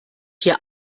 hier